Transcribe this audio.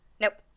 Nope